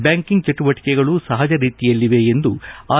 banking ಚಟುವಟಿಕೆಗಳು ಸಹಜ ರೀತಿಯಲ್ಲಿವೆ ಎಂದು ಆರ್